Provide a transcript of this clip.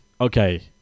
okay